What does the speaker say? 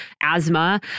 asthma